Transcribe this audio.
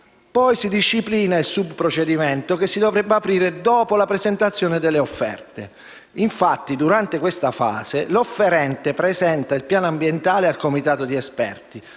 Poi si disciplina il subprocedimento che si dovrebbe aprire dopo la presentazione delle offerte. Infatti, durante questa fase, l'offerente presenta il piano ambientale al comitato di esperti,